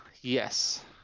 Yes